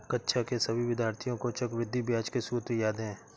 कक्षा के सभी विद्यार्थियों को चक्रवृद्धि ब्याज के सूत्र याद हैं